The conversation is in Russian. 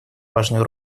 важную